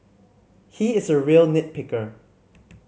he is a real nit picker